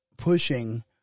pushing